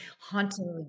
hauntingly